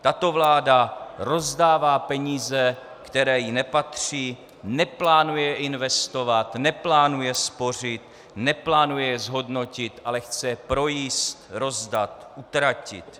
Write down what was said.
Tato vláda rozdává peníze, které jí nepatří, neplánuje investovat, neplánuje spořit, neplánuje zhodnotit, ale chce projíst, rozdat, utratit.